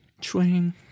Swing